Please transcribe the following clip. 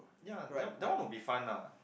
ya that that one would be fun lah